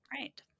right